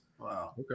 Wow